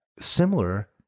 similar